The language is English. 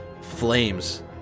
Flames